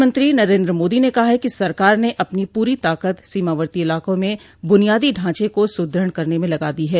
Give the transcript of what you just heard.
प्रधानमंत्री नरेन्द मोदी ने कहा है कि सरकार ने अपनी पूरी ताकत सीमावर्ती इलाकों में बुनियादी ढांचे को सुदृढ करने में लगा दी है